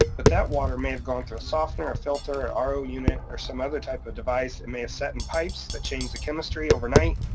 that that water may have gone through a softener, a filter, a ro unit or some other type of device. it may have sat in pipes that changed the chemistry overnight.